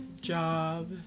job